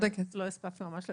אנחנו לא הספקנו ממש לדבר,